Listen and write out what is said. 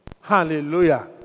Hallelujah